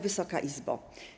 Wysoka Izbo!